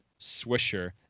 Swisher